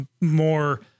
more